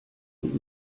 und